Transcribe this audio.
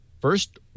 first